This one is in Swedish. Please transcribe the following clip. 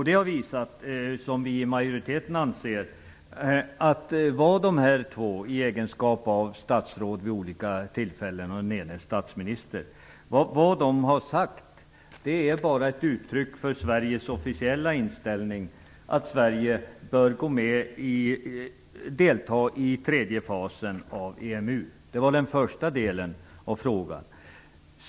Det har, som vi i majoriteten anser, visat att vad de båda vid olika tillfällen i egenskap av statsråd, den ene som statsminister, har sagt bara varit uttryck för Sveriges officiella inställning att Sverige bör delta i tredje fasen av EMU. Det var den första delen av frågan.